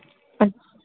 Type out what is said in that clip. ਅੱਛਾ